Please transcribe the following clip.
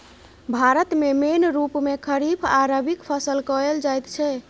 भारत मे मेन रुप मे खरीफ आ रबीक फसल कएल जाइत छै